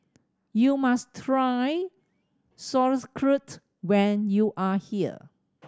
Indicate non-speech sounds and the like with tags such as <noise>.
you must try Sauerkraut when you are here <noise>